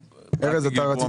ארז, אתה רצית?